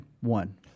one